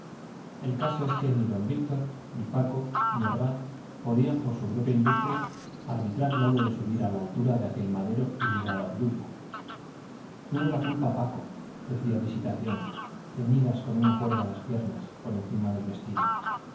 el caso es que ni don víctor ni paco ni orgaz podían por su propia industria arbitrar modo de subir a la altura de aquel madero y librar a obdulia tuvo la culpa paco decía visitación ceñidas con una cuerda las piernas por encima del vestido